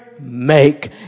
make